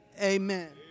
amen